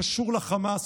ואנשי כוחות הביטחון,